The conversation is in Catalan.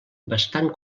bastant